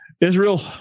Israel